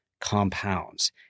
compounds